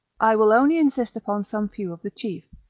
i will only insist upon some few of the chief,